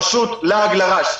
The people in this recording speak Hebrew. פשוט לעג לרש.